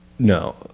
No